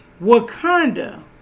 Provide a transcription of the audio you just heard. Wakanda